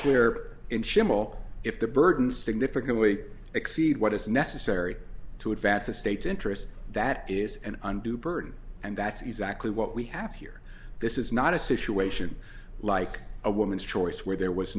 schimmel if the burden significantly exceed what is necessary to advance the state's interest that is an undue burden and that's exactly what we have here this is not a situation like a woman's choice where there was